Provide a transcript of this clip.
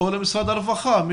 או למשרד הרווחה.